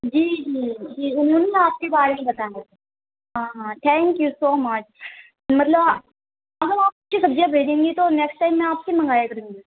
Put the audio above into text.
جی جی جی انہوں نے ہی آپ کے بارے میں بتایا ہاں ہاں تھینک یو سو مچ مطلب ہم آپ کی سبزیاں بھیجیں گی تو نیکسٹ ٹائم آپ سے منگایا کروں گی